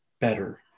better